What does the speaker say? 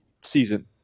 season